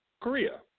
Korea